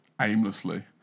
aimlessly